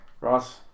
Ross